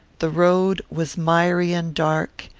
the road was miry and dark,